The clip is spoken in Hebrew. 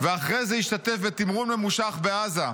ואחרי זה השתתף בתמרון ממושך בעזה.